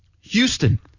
Houston